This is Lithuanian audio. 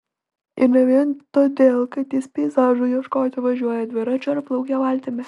ir ne vien todėl kad jis peizažų ieškoti važiuoja dviračiu ar plaukia valtimi